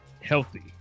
healthy